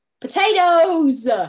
Potatoes